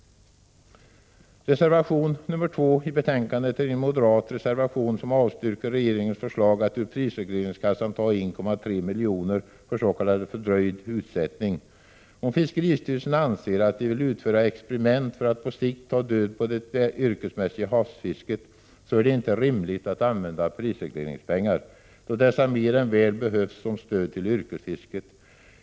Reservation nr 2 i betänkandet är en moderat reservation, i vilken vi avstyrker regeringens förslag att ur prisregleringskassan ta 1,3 milj.kr. för s.k. fördröjd utsättning. Om avsikten är att fiskeristyrelsen skall utföra experiment för att på sikt ta död på det yrkesmässiga havsfisket, borde man rimligtvis inte använda prisregleringsmedel, eftersom dessa mer än väl behövs som stöd till yrkesfisket.